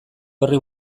horri